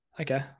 Okay